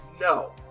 No